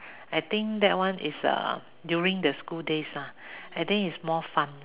I think that one is uh during the school days lah I think it's more fun